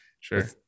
Sure